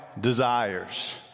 desires